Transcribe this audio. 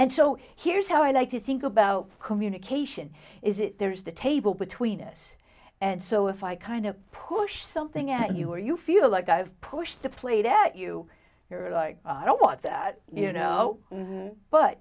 and so here's how i like to think about communication is it there's the table between us and so if i kind of push something at you or you feel like i've pushed the plate at you you're like i don't want that you know